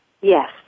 Yes